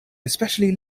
especially